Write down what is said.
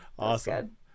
awesome